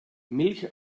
milch